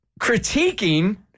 critiquing